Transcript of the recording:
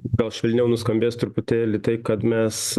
gal švelniau nuskambės truputėlį tai kad mes